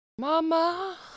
mama